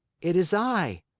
it is i.